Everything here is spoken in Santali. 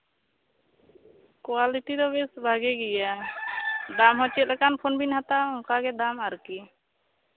ᱠᱳᱣᱟᱞᱤᱴᱤ ᱫᱚ ᱵᱮᱥ ᱵᱷᱟᱜᱮ ᱜᱮᱭᱟ ᱫᱟᱢ ᱫᱚ ᱪᱮᱫ ᱞᱮᱠᱟ ᱯᱷᱳᱱ ᱵᱮᱱ ᱦᱟᱛᱟᱣᱟ ᱚᱱᱠᱟᱜᱮ ᱫᱟᱢᱦᱚᱸ ᱢᱮᱱᱟᱜᱼᱟ ᱟᱨᱠᱤ